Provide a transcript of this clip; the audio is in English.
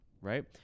Right